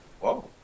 Whoa